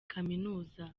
kaminuza